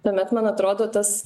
tuomet man atrodo tas